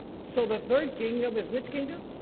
so the third kingdom is which kingdom?